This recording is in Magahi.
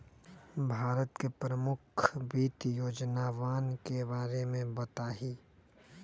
भारत के प्रमुख वित्त योजनावन के बारे में बताहीं